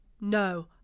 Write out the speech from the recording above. No